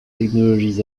technologies